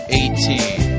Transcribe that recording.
eighteen